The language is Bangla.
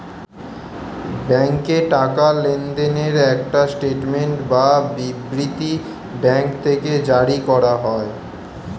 ব্যাংকে টাকা লেনদেনের একটা স্টেটমেন্ট বা বিবৃতি ব্যাঙ্ক থেকে জারি করা হয়